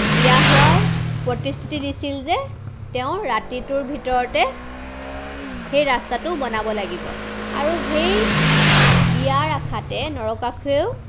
বিয়া হোৱাৰ প্ৰতিশ্ৰুতি দিছিল যে তেওঁৰ ৰাতিটোৰ ভিতৰতে সেই ৰাস্তাটো বনাব লাগিব আৰু সেই বিয়াৰ আশাতে নৰকাসুৰেও